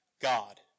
God